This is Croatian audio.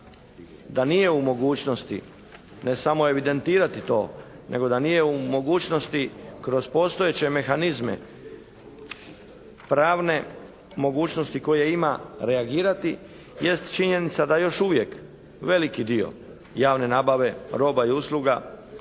da nije u mogućnosti ne samo evidentirati to nego da nije u mogućnosti kroz postojeće mehanizme, pravne mogućnosti koje ima reagirati jest činjenica da još uvijek veliki dio javne nabave roba i usluga